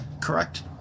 correct